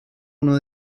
uno